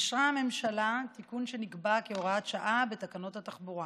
אישרה הממשלה תיקון שנקבע כהוראת שעה בתקנות התחבורה.